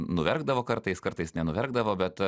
nuverkdavo kartais kartais nenuverkdavo bet